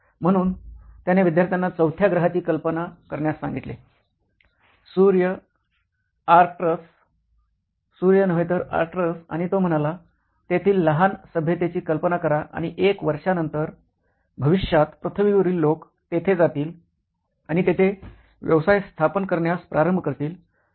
म्हणूनच त्याने विद्यार्थ्यांना चौथ्या ग्रहाची कल्पना करण्यास सांगितले सूर्य आर्क्ट्रस सूर्य नव्हे तर आर्क्ट्रस आणि तो म्हणाला तेथील लहान सभ्यतेची कल्पना करा आणि १००० वर्षांनंतर भविष्यात पृथ्वीवरील लोक तेथे जातील आणि तेथे व्यवसाय स्थापन करण्यास प्रारंभ करतील